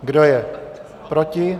Kdo je proti?